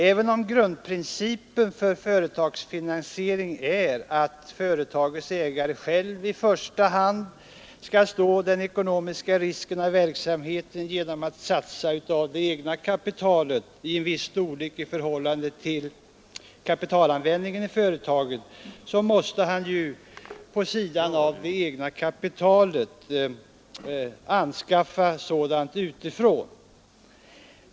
Även om grundprincipen för företagsfinansiering är att företagets ägare själv i första hand skall stå den ekonomiska risken av verksamheten genom att satsa av det egna kapitalet en viss del i förhållande till kapitalanvändningen i företaget, så måste han ju vid sidan av det egna kapitalet anskaffa sådant utifrån.